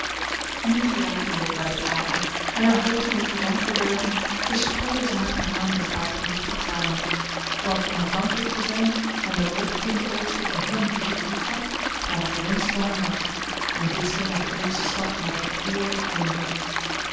hier geraakte jo buiten adem en haar hoofd in de courant verbergend besproeide ze haar verhaal met een paar gelukkige tranen want onafhankelijk te zijn en den lof in te oogsten van hen die ze liefhad waren de wenschen van haar hart en dit scheen haar de eerste stap naar dat heerlijke einde